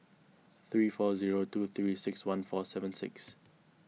three four zero two three six one four seven six